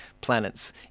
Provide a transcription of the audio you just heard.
planets